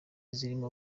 zirimo